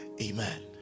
Amen